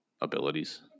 abilities